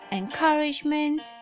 encouragement